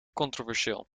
controversieel